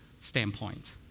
standpoint